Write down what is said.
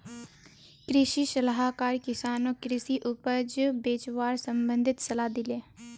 कृषि सलाहकार किसानक कृषि उपज बेचवार संबंधित सलाह दिले